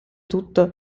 tutto